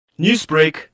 Newsbreak